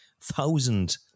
thousand